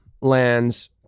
lands